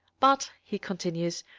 but, he continues,